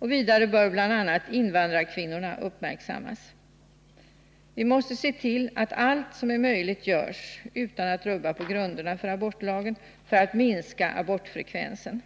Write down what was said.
Vidare bör bl.a. invandrarkvinnorna uppmärksammas. Vi måste se till att allt som är möjligt görs — utan att rubba på grunderna för abortlagen — för att minska abortfrekvensen.